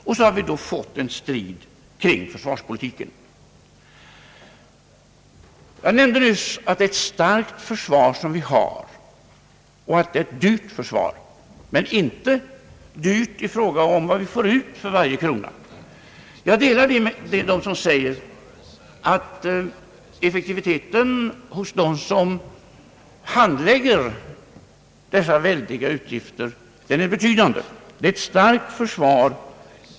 Och så har vi då fått en strid kring försvarspolitiken. Jag nämnde nyss att det är ett starkt försvar som vi har och att det är ett dyrt försvar men inte dyrt i fråga om vad vi får ut för varje krona. Jag delar deras åsikt som säger att effektiviteten hos dem som handlägger dessa väldiga utgifter är betydande.